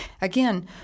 again